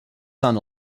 son